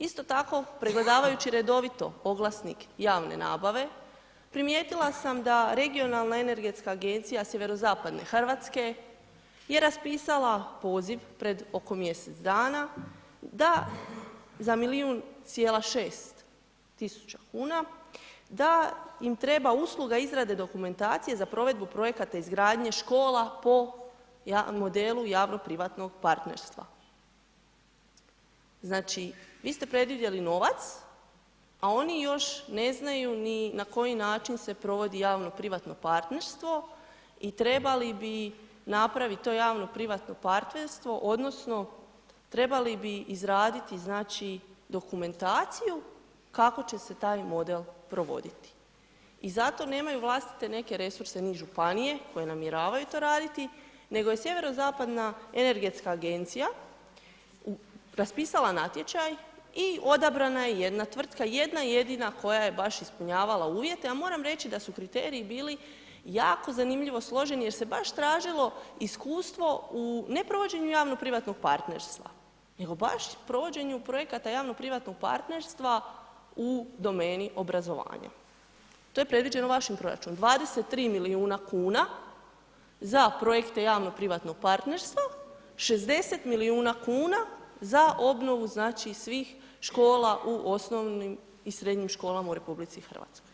Isto tako pregledavajući redovito oglasnik javne nabave, primijetila sam da Regionalna energetska agencija Sjeverozapadne Hrvatske je raspisala poziv pred oko mjesec dana za milijun cijela 6 tisuća kuna, da im treba usluga izrade dokumentacije za provedbu projekata izgradnje škola po modelu javno privatnog partnerstva, znači vi ste predvidjeli novac, a oni još ne znaju ni na koji način se provodi javno privatno partnerstvo i trebali bi napravit to javno privatno partnerstvo odnosno trebali bi izraditi znači dokumentaciju kako će se taj model provoditi i zato nemaju vlastite neke resurse ni županije koje namjeravaju to raditi, nego je Sjeverozapadna energetska agencija raspisala natječaj i odabrana je jedna tvrtka, jedna jedina koja je baš ispunjavala uvjete, ja moram reći da su kriteriji bili jako zanimljivo složeni jer se baš tražilo iskustvo ne u provođenju javno privatnog partnerstva nego baš u provođenju projekata javno privatnog partnerstva u domeni obrazovanja, to je predviđeno vašim proračunom, 23 milijuna kuna za projekte javno privatnog partnerstva, 60 milijuna kuna za obnovu znači svih škola u osnovnim i srednjim školama u RH.